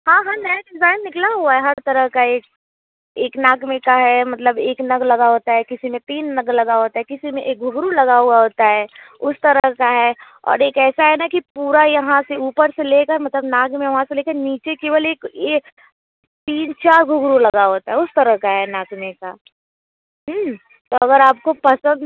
हाँ हाँ नया डिज़ाइन निकला हुआ है हर तरह का एक एक नाक में का है मतलब एक नग लगा होता है किसी में तीन नग लगा होता है किसी में एक घुँघरू लगा हुआ होता है उस तरह का है और एक ऐसा है ना कि पूरा यहाँ से ऊपर से लेकर मतलब नाक में वहाँ से लेके नीचे केवल एक एक तीन चार घुँघरू लगा होता है उस तरह का है नाक में का तो अगर आपको पसंद